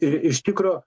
ir iš tikro